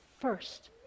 first